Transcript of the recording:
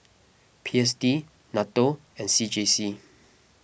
P S D N A T O and C J C